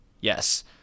Yes